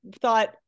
thought